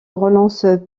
relance